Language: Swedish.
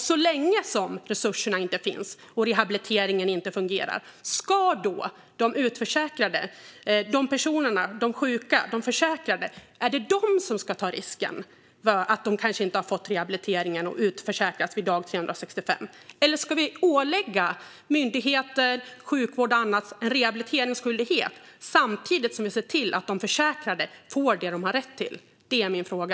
Så länge resurser inte finns och rehabiliteringen inte fungerar, är det de utförsäkrade - dessa personer, de sjuka, de försäkrade - som då ska ta risken, när de kanske inte fått rehabilitering och de utförsäkras vid dag 365? Eller ska vi ålägga myndigheter, sjukvård och andra en rehabiliteringsskyldighet samtidigt som vi ser till att de försäkrade får det som de har rätt till? Det är min fråga.